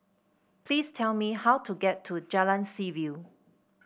please tell me how to get to Jalan Seaview